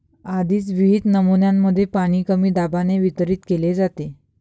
आधीच विहित नमुन्यांमध्ये पाणी कमी दाबाने वितरित केले जाते